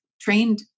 trained